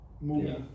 movie